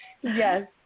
Yes